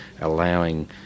allowing